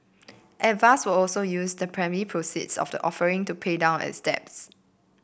avast will also use the primary proceeds of the offering to pay down its debt